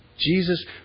Jesus